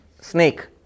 snake